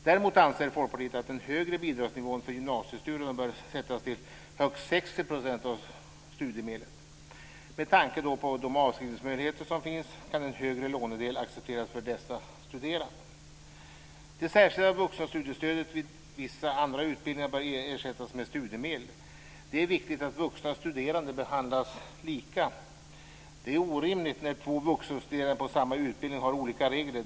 Däremot anser Folkpartiet att den högre bidragsnivån för gymnasiestudier bör sättas till högst 60 % av studiemedlet. Med tanke på de avskrivningsmöjligheter som finns kan en högre lånedel accepteras för dessa studerande. Det särskilda vuxenstudiestödet vid vissa andra utbildningar bör ersättas med studiemedel. Det är viktigt att vuxna studerande behandlas lika. Det är orimligt att två vuxenstuderande på samma utbildning har olika regler.